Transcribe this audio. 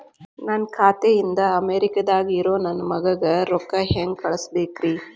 ನನ್ನ ಖಾತೆ ಇಂದ ಅಮೇರಿಕಾದಾಗ್ ಇರೋ ನನ್ನ ಮಗಗ ರೊಕ್ಕ ಹೆಂಗ್ ಕಳಸಬೇಕ್ರಿ?